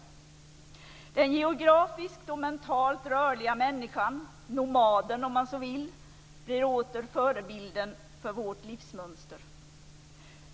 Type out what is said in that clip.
Den geografiskt och mentalt rörliga människan - nomaden, om man så vill - blir åter förebilden för vårt livsmönster.